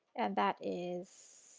and that is